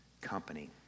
company